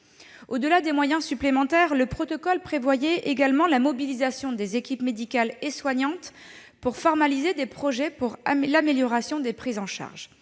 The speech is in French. Au-delà de ces moyens supplémentaires, le protocole prévoyait également la mobilisation des équipes médicale et soignante pour formaliser des projets en vue de l'amélioration des prises en charge.